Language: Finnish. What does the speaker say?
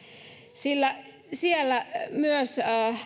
sillä siellä myös